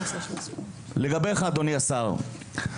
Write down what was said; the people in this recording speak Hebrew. אדוני השר,